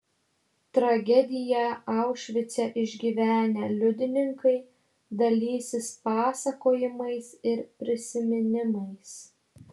tragediją aušvice išgyvenę liudininkai dalysis pasakojimais ir prisiminimais